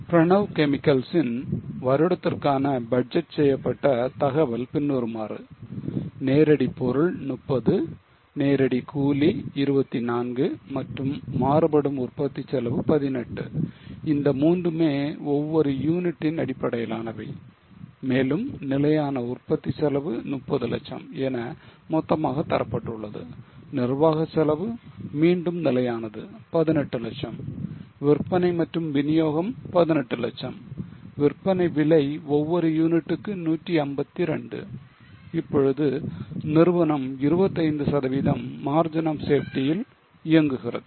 Pranav Chemicals ன் வருடத்திற்கான budget செய்யப்பட்ட தகவல் பின்வருமாறு நேரடி பொருள் 30 நேரடி கூலி 24 மற்றும் மாறுபடும் உற்பத்தி செலவு 18 இந்த மூன்றுமே ஒவ்வொரு யூனிட்டின் அடிப்படையிலானவை மேலும் நிலையான உற்பத்தி செலவு 30 லட்சம் என மொத்தமாக தரப்பட்டுள்ளது நிர்வாக செலவு மீண்டும் நிலையானது 18 லட்சம் விற்பனை மற்றும் விநியோகம் 18 லட்சம் விற்பனை விலை ஒவ்வொரு யூனிட்டுக்கு 152 இப்பொழுது நிறுவனம் 25 சதவீதம் margin of safety ல் இயங்குகிறது